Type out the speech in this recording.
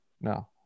No